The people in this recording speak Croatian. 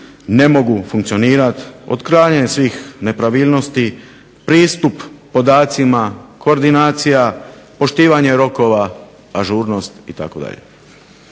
ne mogu funkcionirati otklanjanjem svih nepravilnosti, pristup podacima, koordinacija, poštivanje rokova, ažurnost itd.